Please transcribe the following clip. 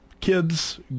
kids